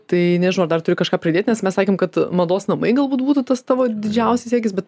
tai nežinau ar dar turi kažką pridėt nes mes sakėm kad mados namai galbūt būtų tas tavo didžiausias siekis bet